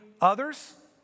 others